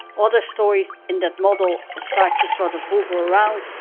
other stories in that model start to sort of move around